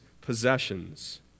possessions